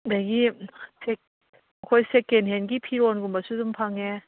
ꯑꯗꯒꯤ ꯑꯩꯈꯣꯏ ꯁꯦꯀꯦꯟ ꯍꯦꯟꯒꯤ ꯐꯤꯔꯣꯟꯒꯨꯝꯕꯁꯨ ꯑꯗꯨꯝ ꯐꯪꯉꯦ